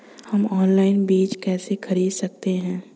हम ऑनलाइन बीज कैसे खरीद सकते हैं?